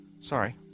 Sorry